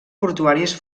portuàries